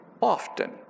Often